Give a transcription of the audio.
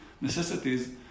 necessities